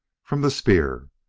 from the spear.